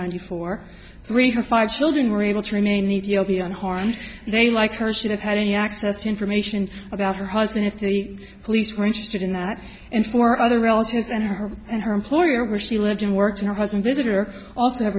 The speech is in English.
hundred four three her five children were able to remain in ethiopia unharmed they like her should have had any access to information about her husband if the police were interested in that and four other relatives and her and her employer where she lived and worked and her husband visitor also have